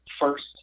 first